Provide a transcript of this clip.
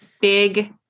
big